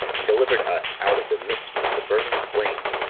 and delivered us out of the midst of the burning flame,